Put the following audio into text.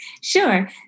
Sure